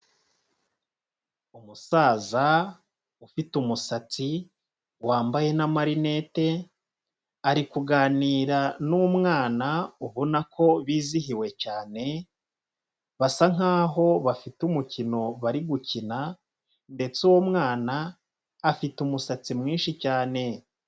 Umusaza ufite umusatsi wambaye n'amarinete, ari kuganira n'umwana ubona ko bizihiwe cyane, basa nk'aho bafite umukino bari gukina ndetse uwo mwana afite umusatsi mwinshi cyane.